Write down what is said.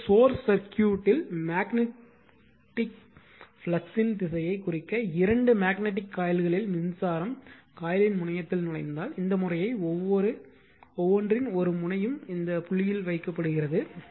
எனவே சோர்ஸ் சர்க்யூட்ல் மேக்னட்டிக் பாய்வின் திசையைக் குறிக்க இரண்டு மேக்னட்டிக் காயில்களில் மின்சாரம் காயிலின் முனையத்தில் நுழைந்தால் இந்த முறையை ஒவ்வொன்றின் ஒரு முனையும் புள்ளி வைக்கப்படுகிறது